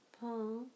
Paul